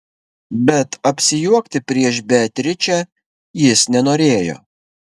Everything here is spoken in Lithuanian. bet apsijuokti prieš beatričę jis nenorėjo